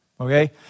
Okay